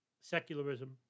secularism